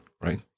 right